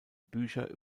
bücher